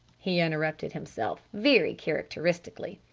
he interrupted himself very characteristically.